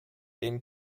den